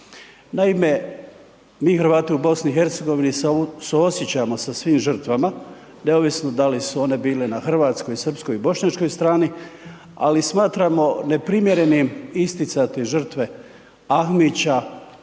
Naime, mi Hrvati u BiH suosjećamo sa svim žrtvama neovisno da li su one bile na hrvatskoj, srpskoj i bošnjačkoj strani, ali smatramo neprimjerenim isticati žrtve Ahmića,